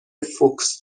فوکس